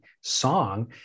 song